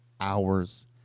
hours